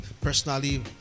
personally